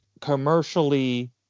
commercially